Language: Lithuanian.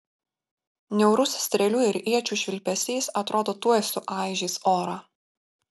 niaurus strėlių ir iečių švilpesys atrodo tuoj suaižys orą